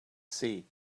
see